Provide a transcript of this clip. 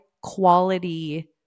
quality